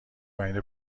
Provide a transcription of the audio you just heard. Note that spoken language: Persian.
پایین